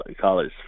college